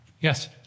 Yes